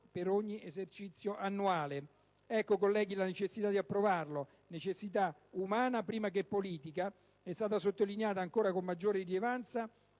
per ogni esercizio annuale. Colleghi, la necessità di approvarlo - necessità umana prima che politica - è stata sottolineata con ancora maggiore rilevanza